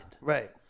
Right